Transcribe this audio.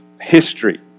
history